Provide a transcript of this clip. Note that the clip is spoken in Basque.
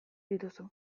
dituzu